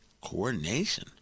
Coordination